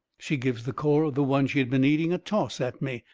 she gives the core of the one she has been eating a toss at me.